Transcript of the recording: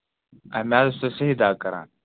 میادس چھِ صحیح دَگ کَران